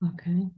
Okay